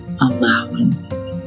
allowance